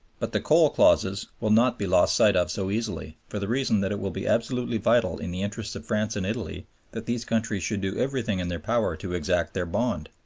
but the coal clauses will not be lost sight of so easily for the reason that it will be absolutely vital in the interests of france and italy that these countries should do everything in their power to exact their bond.